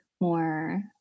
more